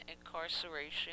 incarceration